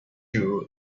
you